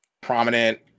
prominent